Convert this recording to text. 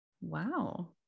Wow